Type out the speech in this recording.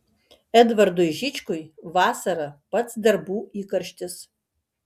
edvardui žičkui vasara pats darbų įkarštis